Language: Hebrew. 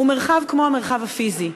הוא מרחב כמו המרחב הפיזי.